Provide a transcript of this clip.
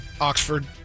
Oxford